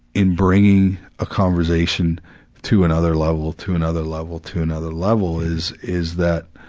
in bringing a conversation to another level, to another level, to another level is, is that,